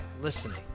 listening